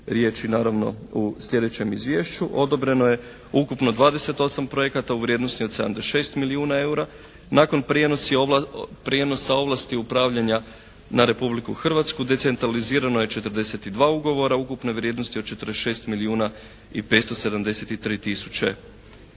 riječi naravno u sljedećem izvješću odobreno je ukupno 28 projekata u vrijednosti od 76 milijuna eura. Nakon prijenosa ovlasti upravljanja na Republiku Hrvatsku decentralizirano je 42 ugovora ukupne vrijednosti od 46 milijuna i 573 tisuće